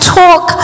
talk